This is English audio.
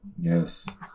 yes